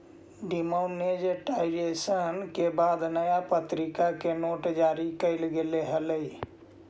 demonetisation के बाद नया प्तरीका के नोट जारी कैल गेले हलइ